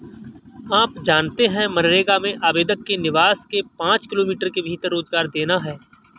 आप जानते है मनरेगा में आवेदक के निवास के पांच किमी के भीतर रोजगार देना है?